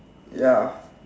ya